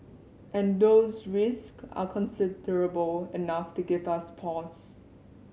and those risk are considerable enough to give us pause